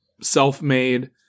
self-made